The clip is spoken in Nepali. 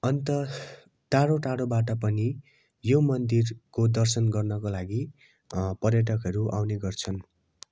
अन्त टाढो टाढोबाट पनि यो मन्दिरको दर्शन गर्नको लागि पर्यटकहरू आउने गर्छन्